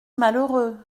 malheureux